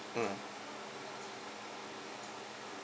mm